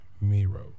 Miro